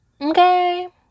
okay